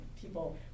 People